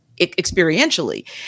experientially